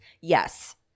Yes